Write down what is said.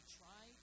try